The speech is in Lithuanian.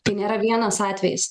tai nėra vienas atvejis